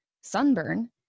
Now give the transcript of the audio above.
sunburn